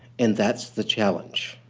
and that's the challenge.